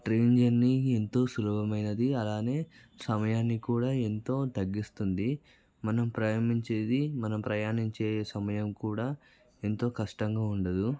train journey ఎంతో సులభమైనది అలానే సమయాన్ని కూడా ఎంతో తగ్గిస్తుంది మనం ప్రయాణించేది మన ప్రయాణం చేయు సమయం కూడా ఎంతో కష్టంగా ఉండదు